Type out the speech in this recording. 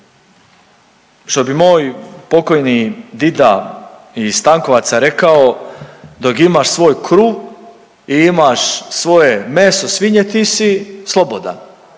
što bi moj pokojni dida iz Stankovaca rekao dok imaš svoj kru i imaš svoje meso, svinje ti si slobodan.